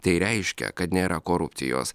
tai reiškia kad nėra korupcijos